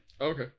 Okay